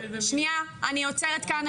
שנייה, אני עוצרת כאן.